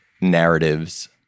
narratives